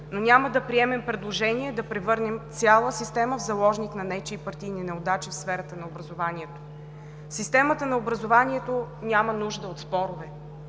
но няма да приемем предложение да превърнем цяла система в заложник на нечии партийни неудачи в сферата на образованието. Системата на образованието няма нужда от спорове!